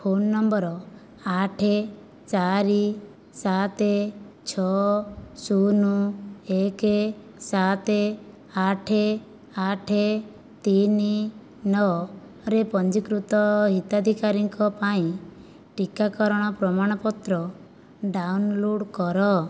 phone number ଆଠ ଚାରି ସାତ ଛଅ ଶୂନ ଏକ ସାତ ଆଠ ଆଠ ତିନି ନଅ ରେ ପଞ୍ଜୀକୃତ ହିତାଧିକାରୀଙ୍କ ପାଇଁ ଟିକାକରଣ ପ୍ରମାଣପତ୍ର ଡାଉନଲୋଡ଼୍ କର